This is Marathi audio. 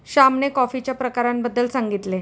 श्यामने कॉफीच्या प्रकारांबद्दल सांगितले